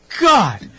God